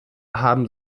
haben